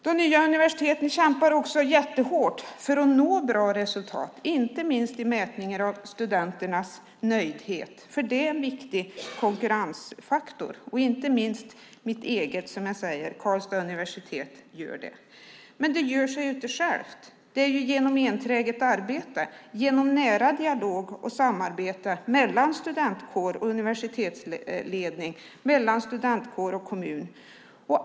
De nya universiteten kämpar också hårt för att nå bra resultat, inte minst i mätningar av studenternas nöjdhet. Det är en viktig konkurrensfaktor. Inte minst Karlstads universitet, som jag säger är mitt, gör det. Men det går inte av sig självt. Det gör man genom enträget arbete och i nära dialog och samarbete mellan studentkår och universitetsledning och mellan studentkår och kommun.